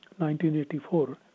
1984